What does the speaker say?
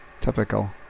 Typical